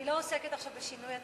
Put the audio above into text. אני לא עוסקת עכשיו בשינוי התקנון,